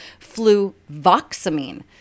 fluvoxamine